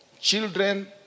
children